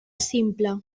simple